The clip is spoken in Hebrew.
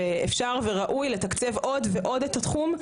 ואפשר וראוי לתקצב עוד ועוד את התחום,